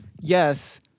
yes